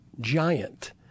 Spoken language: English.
Giant